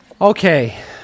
Okay